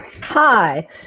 hi